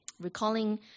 recalling